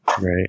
right